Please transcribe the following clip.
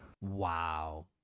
Wow